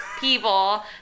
people